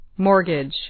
Mortgage